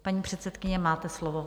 Paní předsedkyně, máte slovo.